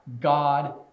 God